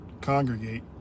congregate